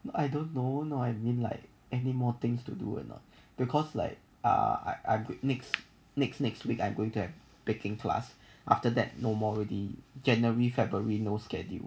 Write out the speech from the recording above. I don't know I mean like any more things to do or not because like uh I I could next next next week I'm going to have baking class after that no more already january february no schedule